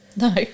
No